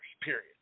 period